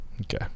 Okay